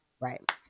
Right